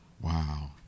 Wow